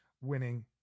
winning